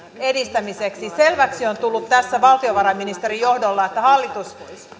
edistämiseksi selväksi on tullut tässä valtiovarainministerin johdolla että hallitus